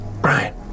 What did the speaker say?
Brian